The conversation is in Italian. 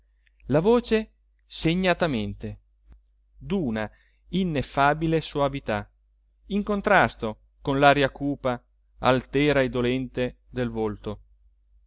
la voce segnatamente d'una ineffabile soavità in contrasto con l'aria cupa altera e dolente del volto